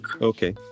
Okay